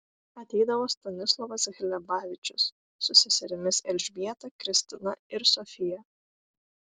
ateidavo stanislovas hlebavičius su seserimis elžbieta kristina ir sofija